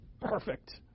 perfect